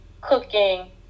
cooking